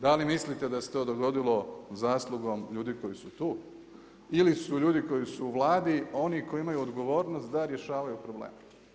Da li mislite da se to dogodilo zaslugom ljudi koji su tu ili su ljudi koji su u Vladi oni koji imaju odgovornost da rješavaju probleme?